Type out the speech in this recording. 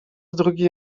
drugi